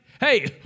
Hey